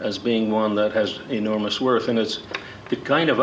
as being one that has enormous worth and it's the kind of